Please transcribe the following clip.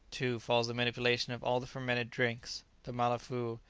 too, falls the manipulation of all the fermented drinks, the malafoo,